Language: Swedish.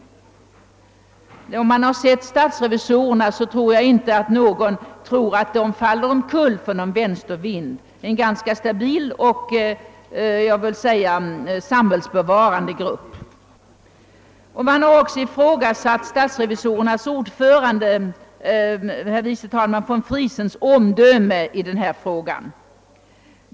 Om man har sett statsrevisorerna, tror jag inte att någon tror, att de faller. undan för någon vänstervind. Det är en ganska stabil och samhällsbevarande grupp. Man har också ifrågasatt omdömet hos statsrevisorernas ordförande, herr förste vice talmannen von Friesen, i denna fråga.